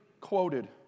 quoted